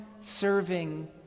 serving